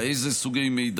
איזה סוגי מידע,